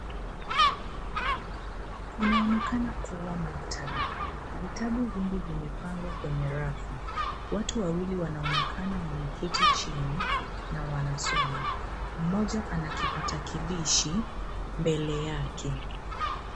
Inaonekana kuwa maktaba. Vitabu vingi vimepangwa kwenye rafu. Watu wawili wanaonekana wameketi chini na wanasoma mmoja ana kipatakilishi mbele yake.